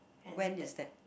when is that